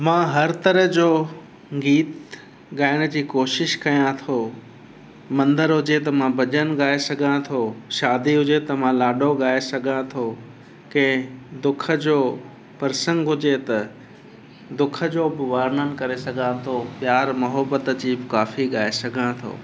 मां हर तरह जो गीत ॻाइण जी कोशिश कयां थो मंदरु हुजे त मां भॼन ॻाए सघां थो शादी हुजे त मां लाॾो ॻाए सघां थो कंहिं दुख जो प्रसंग हुजे त दुख जो बि वर्णन करे सघां थो प्यार मोहब्बत जी बि काफ़ी ॻाए सघां थो